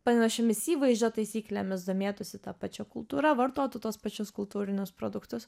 panašiomis įvaizdžio taisyklėmis domėtųsi ta pačia kultūra vartotų tuos pačius kultūrinius produktus